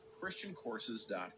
ChristianCourses.com